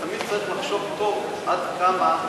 אתה תמיד צריך לחשוב טוב עד כמה